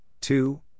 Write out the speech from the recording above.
two